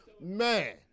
man